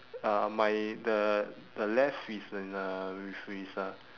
uh my the the left is in the with his uh